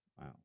Wow